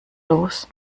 los